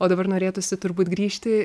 o dabar norėtųsi turbūt grįžti